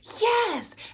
Yes